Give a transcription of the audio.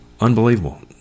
Unbelievable